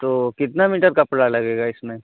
تو کتنا میٹر کپڑا لگے گا اس میں